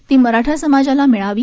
ती मराठा समाजाला मिळावी